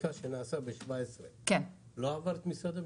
החקיקה שנעשה ב-2017 לא עבר את משרד המשפטים?